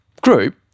group